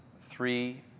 three